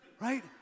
right